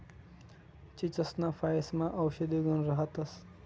चीचसना फयेसमा औषधी गुण राहतंस